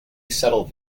settle